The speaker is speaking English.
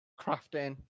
crafting